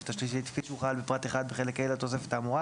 השלישית כפי שהוחל בפרט 1 בחלק ה' לתוספת האמורה